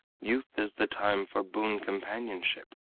youth is the time for boon companionship,